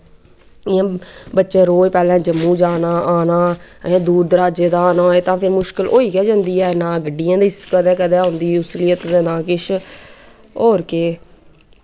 इयां बच्चैं रोज पैह्लैं जम्मू जाना आना अजें दूर दराज़े दा आना होऐ ते फिर मुश्कल होई गै जंदी ऐ ना गड्डियां ते कदैं कदैं औंदी ते ना किश होर केह्